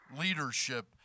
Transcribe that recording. leadership